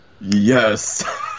yes